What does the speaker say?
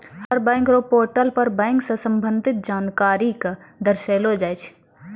हर bank र portal पर bank स संबंधित जानकारी क दर्शैलो जाय छै